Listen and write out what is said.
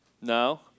No